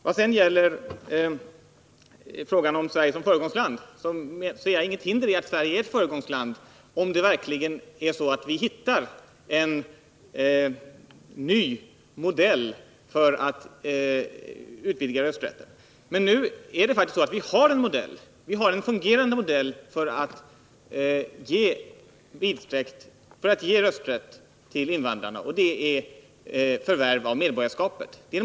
Jag ser inget hinder för att Sverige blir ett föregångsland, om vi verkligen hittar en ny modell för att utvidga rösträtten. Men nu är det så att vi har en fungerande modell för att ge rösträtt till invandrarna, och det är förvärv av medborgarskap.